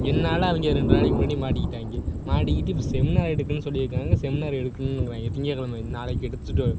என்னால் அவங்க ரெண்டு நாளைக்கு முன்னாடி மாட்டிக்கிட்டாங்க மாட்டிக்கிட்டு இப்போ செமினார் எடுக்கணுன்னு சொல்லியிருக்காங்க செமினார் எடுக்கணுங்கிறாங்க திங்கள் கெழம நாளைக்கு எடுத்துட்டு